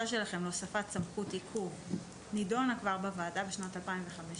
שהבקשה שלכם להוספת סמכות עיכוב כבר נידונה בוועדה בשנת 2015,